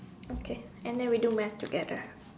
okay and then we do math together